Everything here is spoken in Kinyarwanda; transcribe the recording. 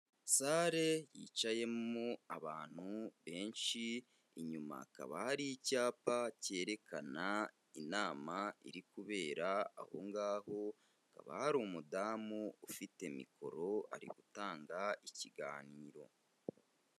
Sale yicayemo abantu benshi, inyuma hakaba hari icyapa, cyerekana inama iri kubera aho ngaho, hakaba hari umudamu ufite mikoro, ari gutanga ikiganiro.